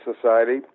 Society